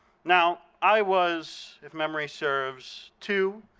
now i was, if memory serves, two,